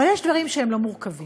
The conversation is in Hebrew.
אבל יש דברים שהם לא מורכבים,